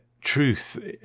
truth